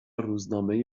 روزنامه